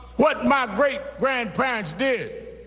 what my great-grandparents did.